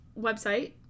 website